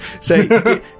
say